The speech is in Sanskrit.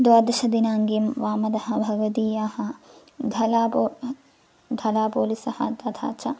द्वादशदिनाङ्कं वामतः भगवतीयाः कलापः कलापोलिसतः तथा च